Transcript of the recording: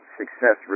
success